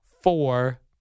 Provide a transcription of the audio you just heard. four